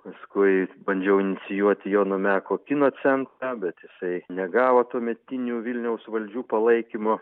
paskui bandžiau inicijuoti jono meko kino centrą bet jisai negavo tuometinių vilniaus valdžių palaikymo